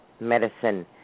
medicine